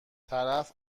طرف